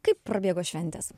kaip prabėgo šventės